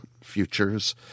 Futures